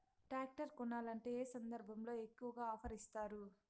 Tractor కొనాలంటే ఏ సందర్భంలో ఎక్కువగా ఆఫర్ ఇస్తారు?